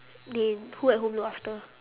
they who at home look after